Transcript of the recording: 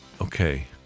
Okay